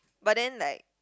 but then like